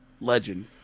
Legend